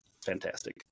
fantastic